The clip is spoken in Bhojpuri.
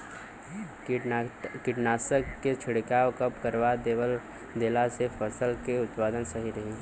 कीटनाशक के छिड़काव कब करवा देला से फसल के उत्पादन सही रही?